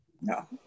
No